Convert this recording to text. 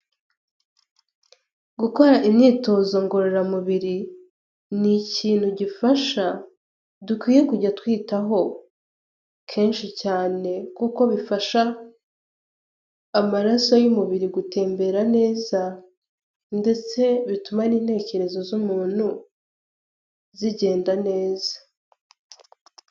Gukora imyitozo ngororamubiri ni ikintu gifasha dukwiye kujya twitaho kenshi cyane kuko bifasha amaraso y'umubiri gutembera neza ndetse bituma n'intekerezo z'umuntu zigenda neza.